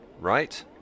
right